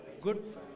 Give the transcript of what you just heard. good